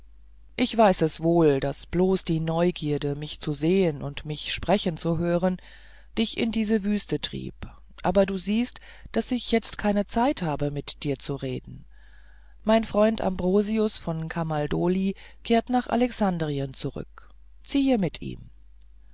ich weiß es wohl daß bloß die neugierde mich zu sehen und mich sprechen zu hören dich in diese wüste trieb aber du siehst daß ich jetzt keine zeit habe mit dir zu reden mein freund ambrosius von kamaldoli kehrt nach alexandrien zurück ziehe mit ihm